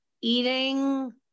eating